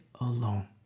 alone